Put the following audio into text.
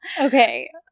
Okay